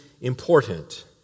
important